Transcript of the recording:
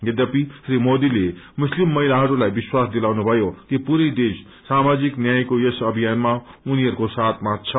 यद्यपि श्री मोदीले मुस्लिम महिलाहरूलाइ विश्वास दिलाउनु भयो कि पूरै देश सामाजिक न्यायको यसयस अभ्भ्जियानमा उनीहरूको साथमा छ